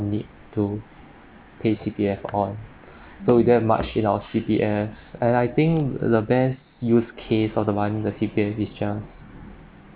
need to pay C_P_F on so that much in our C_P_F and I think the best use case of the money the C_P_F is just